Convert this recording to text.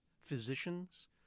physicians